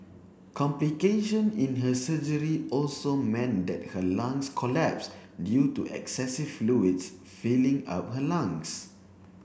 complication in her surgery also meant that her lungs collapsed due to excessive fluids filling up her lungs